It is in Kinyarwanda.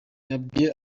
yabwiye